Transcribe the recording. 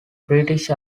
british